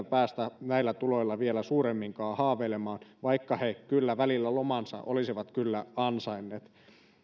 päästä näillä tuloilla vielä suuremminkaan haaveilemaan vaikka he välillä lomansa olisivat kyllä ansainneet